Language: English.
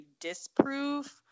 disprove